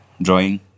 drawing